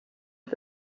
est